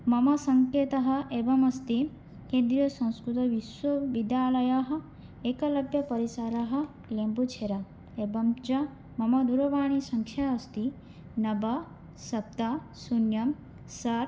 मम सङ्केतः एवम् अस्ति केन्द्रीयसंस्कृतविश्वविद्यालयः एकलव्यपरिसरः लेम्बुछेरा एवं च मम दूरवाणीसङ्ख्या अस्ति नव सप्त शून्यं षट्